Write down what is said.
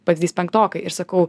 pavyzdys penktokai ir sakau